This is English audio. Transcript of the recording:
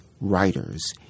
writers